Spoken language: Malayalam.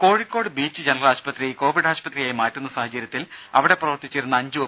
രുര കോഴിക്കോട് ബീച്ച് ജനറൽ ആശുപത്രി കോവിഡ് ആശുപത്രിയായി മാറ്റുന്ന സാഹചര്യത്തിൽ അവിടെ പ്രവർത്തിച്ചിരുന്ന അഞ്ച് ഒ